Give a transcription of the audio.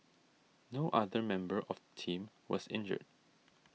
no other member of team was injured